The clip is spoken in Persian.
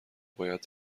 باید